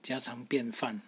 家常便饭